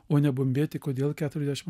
o nebumbėti kodėl keturiasdešim